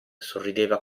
sorrideva